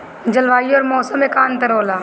जलवायु और मौसम में का अंतर होला?